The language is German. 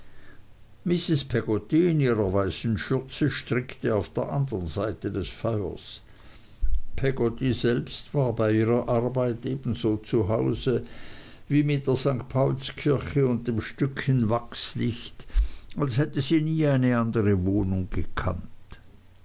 peggotty in ihrer weißen schürze strickte auf der andern seite des feuers peggotty selbst war bei ihrer arbeit ebenso zu hause wie mit der st paulskirche und dem stückchen wachslicht als hätte sie nie eine andere wohnung gekannt